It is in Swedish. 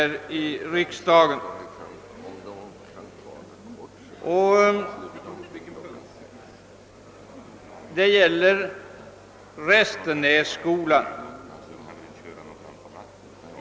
Reservationen gäller Restenässkolan.